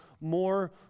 more